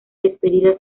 despedida